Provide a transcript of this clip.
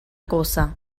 cosa